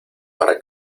para